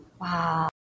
Wow